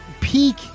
peak